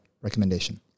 recommendation